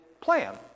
plan